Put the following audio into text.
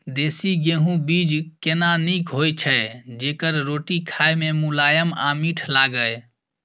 देसी गेहूँ बीज केना नीक होय छै जेकर रोटी खाय मे मुलायम आ मीठ लागय?